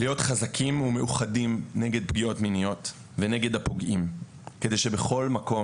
להיות חזקים ומאוחדים נגד פגיעות מיניות ונגד הפוגעים כדי שבכל מקום